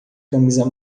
camisa